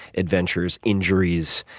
adventures, injuries,